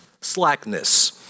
slackness